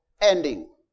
ending